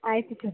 ಆಯಿತು ಸರ್